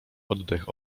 oddech